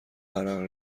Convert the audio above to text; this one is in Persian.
عرق